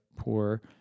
poor